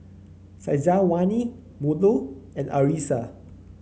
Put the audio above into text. Syazwani Melur and Arissa